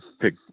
pick